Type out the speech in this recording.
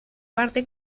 parte